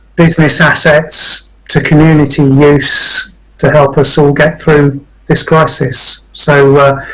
business assets to community use to help us all get through this crisis. so, yeah,